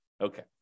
Okay